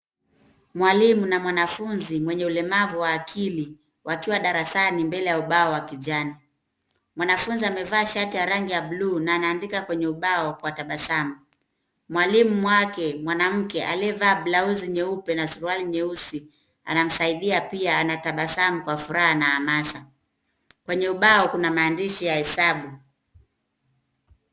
Mwalimu na mwanafunzi mwenye ulemavu wa akili wakiwa darasani mbele ya ubao wa kijani. Mwanafunzi amevaa shati ya rangi ya blue na anaandika kwenye ubao kwa tabasamu. Mwalimu wake mwanamke aliyevaa blauzi nyeupe na suruali nyeusi anamsaidia pia anatabasamu kwa furaha na hamasa. Kwenye ubao kuna maandishi ya hesabu.